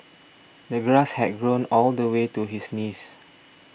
the grass had grown all the way to his knees